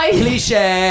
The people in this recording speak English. cliche